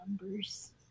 numbers